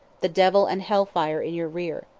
the devil and hell-fire in your rear.